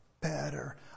better